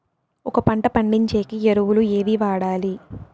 ఒక పంట పండించేకి ఎరువులు ఏవి వాడాలి?